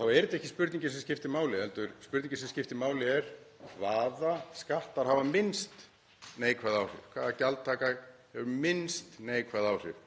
Þá er þetta ekki spurningin sem skiptir máli heldur er spurningin sem skiptir máli þessi: Hvaða skattar hafa minnst neikvæð áhrif, hvaða gjaldtaka hefur minnst neikvæð áhrif